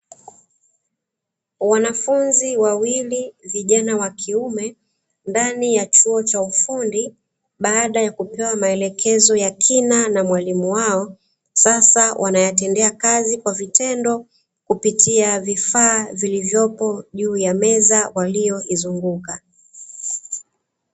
Wanafunzi wawili vijana wa kiume ndani ya chuo cha ufundi baada ya kupewa maelekezo ya kina na mwalimu wao, sasa wanayatendea kazi kwa vitendo kupitia vifaa vilivyopo juu ya meza walioizunguka.